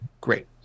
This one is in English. Great